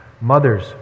mothers